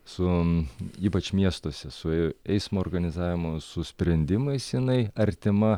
su ypač miestuose su eismo organizavimu su sprendimais jinai artima